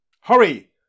hurry